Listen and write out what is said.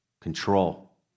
control